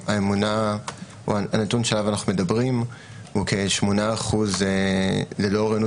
הנתון שעליו אנחנו מדברים הוא כ-8% ללא אוריינות